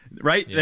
right